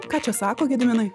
ką čia sako gediminai